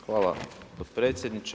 Hvala potpredsjedniče.